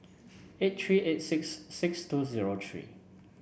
eight three eight six six two zero three